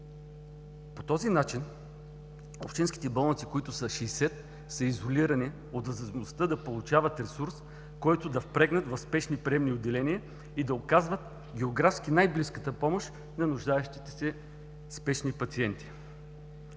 По този начин общинските болници, които са 60, са изолирани от възможността да получават ресурс, който да впрегнат в спешни приемни отделения и да оказват географски най-близката помощ на нуждаещите се спешни пациенти.